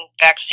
vaccine